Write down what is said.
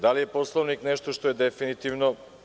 Da li je Poslovnik nešto što je definitivno?